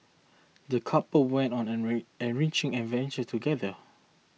the couple went on an en enriching adventure together